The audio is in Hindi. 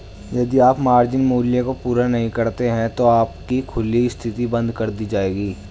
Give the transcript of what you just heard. यदि आप मार्जिन मूल्य को पूरा नहीं करते हैं तो आपकी खुली स्थिति बंद कर दी जाएगी